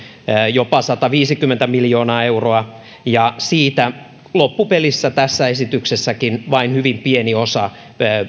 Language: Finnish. jopa sataviisikymmentä miljoonaa euroa ja siitä loppupelissä tässä esityksessäkin vain hyvin pieni osa